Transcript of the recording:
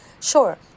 Sure